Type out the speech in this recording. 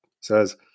says